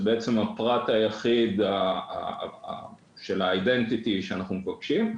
שזה בעצם הפרט היחיד של הזיהוי שאנחנו מבקשים,